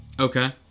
Okay